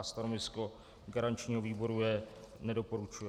Stanovisko garančního výboru je nedoporučující.